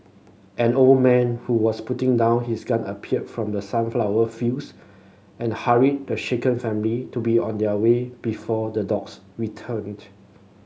an old man who was putting down his gun appeared from the sunflower fields and hurried the shaken family to be on their way before the dogs returned